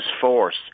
force